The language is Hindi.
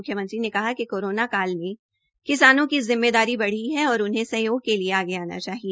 मुख्यमंत्री ने कहा कि कोरोना काल में किसानों की जिम्मेदारी बढ़ी है और उन्हें सहयोग के लिए आगे आना चाहिए